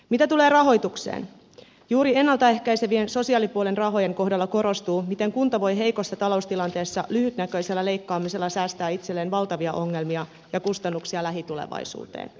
mitä tulee rahoitukseen juuri ennalta ehkäisevien sosiaalipuolen rahojen kohdalla korostuu miten kunta voi heikossa taloustilanteessa lyhytnäköisellä leikkaamisella säästää itselleen valtavia ongelmia ja kustannuksia lähitulevaisuuteen